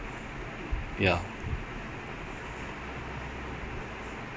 create a professional C_V in fifteen minutes